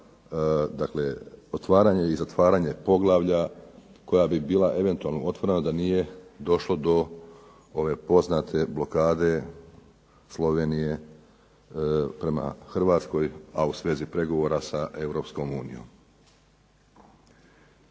za otvaranje i zatvaranje poglavlja koja bi bila eventualno otvorena da nije došlo do ove poznate blokade Slovenije prema Hrvatskoj, a u svezi pregovora sa Europskom unijom.